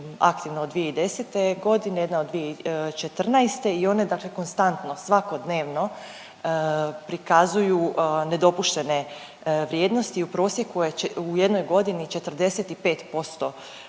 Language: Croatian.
aktivna od 2010.g., jedna od 2014. i one dakle konstantno svakodnevno prikazuju nedopuštene vrijednosti, u prosjeku je u jednoj godini 45% vremena